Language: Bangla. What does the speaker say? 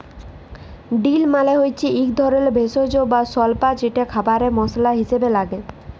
ডিল মালে হচ্যে এক ধরলের ভেষজ বা স্বল্পা যেটা খাবারে মসলা হিসেবে লাগে